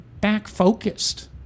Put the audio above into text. back-focused